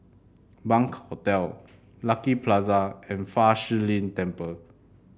Bunc Hostel Lucky Plaza and Fa Shi Lin Temple